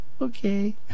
Okay